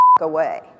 away